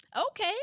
Okay